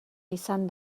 izan